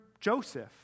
Joseph